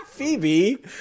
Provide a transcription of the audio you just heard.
Phoebe